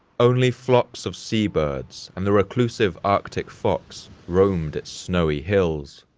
only flocks of seabirds and the reclusive arctic fox roamed its snowy hills.